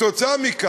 בעקבות זאת,